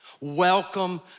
Welcome